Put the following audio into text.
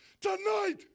tonight